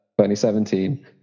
2017